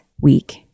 week